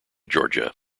georgia